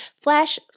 flash